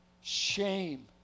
shame